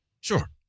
Sure